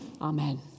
amen